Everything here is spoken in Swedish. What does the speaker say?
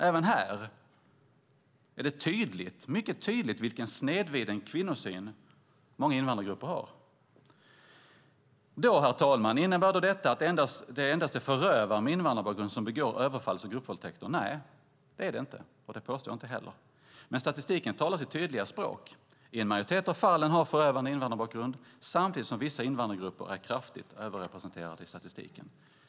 Även här är det mycket tydligt vilken snedvriden kvinnosyn många invandrargrupper har. Herr talman! Innebär då detta att det endast är förövare med invandrarbakgrund som begår överfalls och gruppvåldtäkter? Nej, det är det inte, och det påstår jag inte heller. Men statistiken talar sitt tydliga språk: I en majoritet av fallen har förövarna invandrarbakgrund, samtidigt som vissa invandrargrupper är kraftigt överrepresenterade i statistiken.